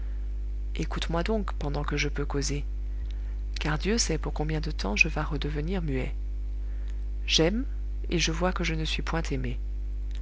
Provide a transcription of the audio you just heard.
écoute-moi donc pendant que je peux causer car dieu sait pour combien de temps je vas redevenir muet j'aime et je vois que je ne suis point aimé